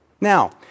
now